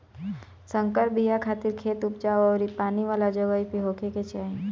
संकर बिया खातिर खेत उपजाऊ अउरी पानी वाला जगही पे होखे के चाही